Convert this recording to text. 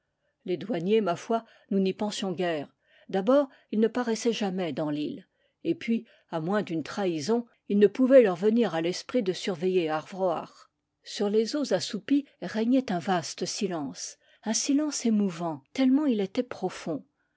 les douaniers ma foi nous n'y pensions guère d'abord ils ne parais saient jamais dans l'île et puis à moins d'une trahison il ne pouvait leur venir à l'esprit de surveiller ar vroac'h sur les eaux assoupies régnait un vaste silence un silence émouvant tellement il était profond